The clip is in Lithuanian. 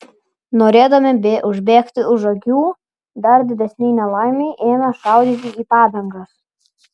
norėdami užbėgti už akių dar didesnei nelaimei ėmė šaudyti į padangas